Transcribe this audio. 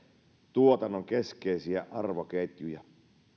tuotannon keskeisiä arvoketjuja